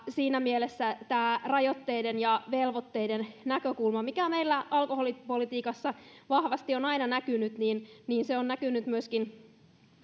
siinä mielessä tämä rajoitteiden ja velvoitteiden näkökulma mikä meillä alkoholipolitiikassa vahvasti on aina näkynyt on näkynyt myöskin